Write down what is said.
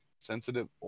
sensitive